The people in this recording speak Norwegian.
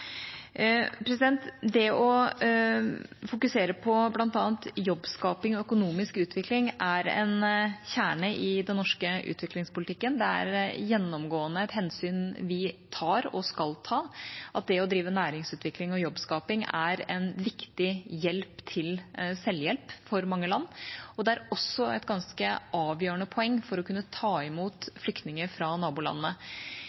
Det å fokusere på bl.a. jobbskaping og økonomisk utvikling er en kjerne i den norske utviklingspolitikken. Det er gjennomgående et hensyn vi tar og skal ta, at det å drive næringsutvikling og jobbskaping er en viktig hjelp til selvhjelp for mange land, og det er også et ganske avgjørende poeng for å kunne ta